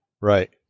Right